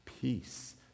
peace